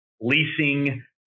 leasing